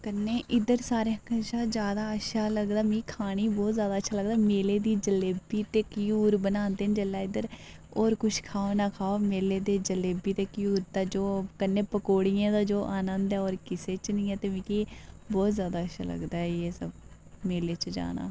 कन्नै इद्धर सारें कशा ज्यादा अच्छा लगदा मिगी खाने गी बहुत ज्यादा अच्छा लगदा मेले दी जलेबी ते घ्यूर बनांदे न जिल्लै इद्धर और कुछ खाओ ना खाओ मेले दी जलेबी ते घ्यूर दा जो कन्नै पकौड़ियें दा जो आनन्द ऐ होर किसे च नी ऐ ते मिकी बहुत ज्यादा अच्छा लगदा ऐ एह् सब मेले च जाना